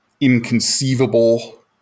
inconceivable